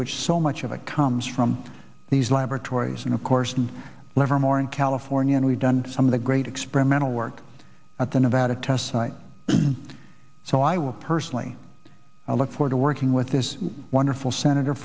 which so much of it comes from these laboratories and of course and livermore in california and we've done some of the great experimental work at the nevada test site so i will personally i look forward to working with this wonderful senator